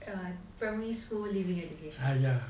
err primary school leaving education